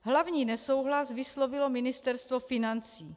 Hlavní nesouhlas vyslovilo Ministerstvo financí.